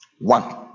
One